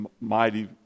mighty